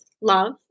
love